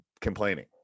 Complaining